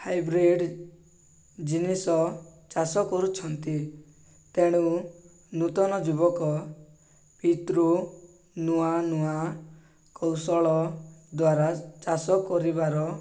hybrid ଜିନିଷ ଚାଷ କରୁଛନ୍ତି ତେଣୁ ନୂତନ ଯୁବକ ପିତୃ ନୂଆ ନୂଆ କୌଶଳ ଦ୍ୱାରା ଚାଷ କରିବାର